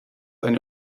eine